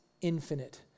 infinite